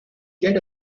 get